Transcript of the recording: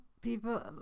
people